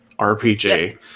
RPG